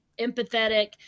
empathetic